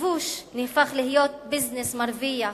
הכיבוש נהפך להיות ביזנס מרוויח,